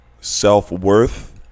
self-worth